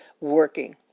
working